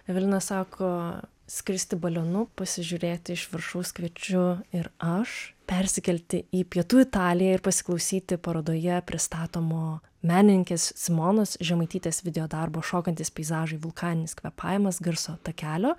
evelina sako skristi balionu pasižiūrėti iš viršaus kviečiu ir aš persikelti į pietų italiją ir pasiklausyti parodoje pristatomo menininkės simonos žemaitytės videodarbo šokantys peizažai vulkaninis kvėpavimas garso takelio